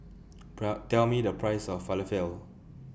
Tell Tell Me The Price of Falafel